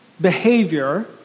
behavior